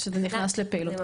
שזה נכנס לפעילות.